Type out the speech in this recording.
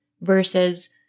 versus